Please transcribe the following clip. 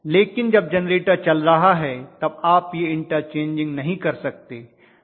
लेकिन जब जेनरेटर चल रहा तब आप यह इंटरचेंजिंग नहीं कर सकते